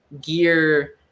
gear